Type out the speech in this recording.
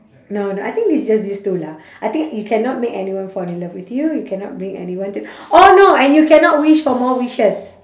no no I think it's just these two lah I think you cannot make anyone fall in love with you you cannot bring anyone to orh no and you cannot wish for more wishes